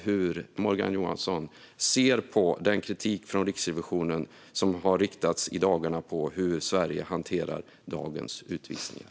Hur ser Morgan Johansson på den kritik från Riksrevisionen som i dagarna har riktats mot hur Sverige hanterar dagens utvisningar?